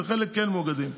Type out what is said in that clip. וחלק כן מאוגדות.